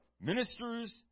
ministers